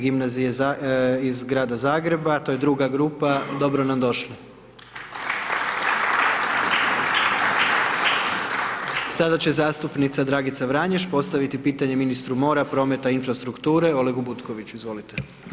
Gimnazije iz Grada Zagreba, to je druga grupa, dobro nam došli. … Sada će zastupnica Dragica Vranješ postaviti pitanje ministru mora, prometa i infrastrukture Olegu Butkoviću, izvolite.